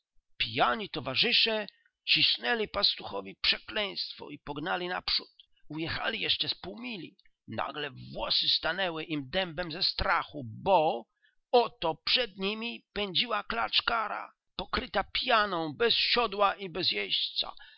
pijani towarzysze cisnęli pastuchowi przekleństwo i pognali naprzód ujechali jeszcze z pół mili nagle włosy stanęły im dębem ze strachu bo oto przed nimi pędziła klacz kara pokryta pianą bez siodła i bez